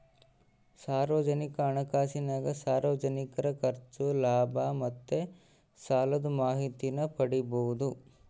ಸಾರ್ವಜನಿಕ ಹಣಕಾಸಿನಾಗ ಸಾರ್ವಜನಿಕರ ಖರ್ಚು, ಲಾಭ ಮತ್ತೆ ಸಾಲುದ್ ಮಾಹಿತೀನ ಪಡೀಬೋದು